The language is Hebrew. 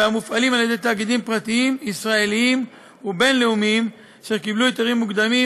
על ידי תאגידים פרטיים ישראליים ובין-לאומיים אשר קיבלו היתרים מוקדמים,